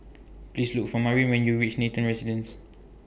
Please Look For Marin when YOU REACH Nathan Residences